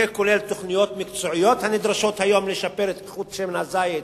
זה כולל תוכניות מקצועיות הנדרשות היום לשפר את איכות שמן הזית,